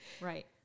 Right